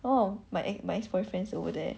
oh my my ex boyfriends over there